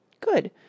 Good